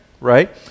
right